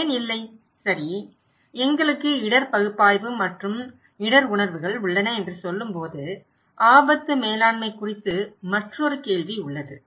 ஏன் இல்லை சரி எங்களுக்கு இடர் பகுப்பாய்வு மற்றும் இடர் உணர்வுகள் உள்ளன என்று சொல்லும்போது ஆபத்து மேலாண்மை குறித்து மற்றொரு கேள்வி உள்ளது